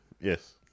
Yes